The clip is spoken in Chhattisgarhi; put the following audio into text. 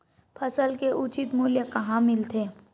फसल के उचित मूल्य कहां मिलथे?